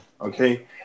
Okay